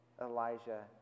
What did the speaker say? Elijah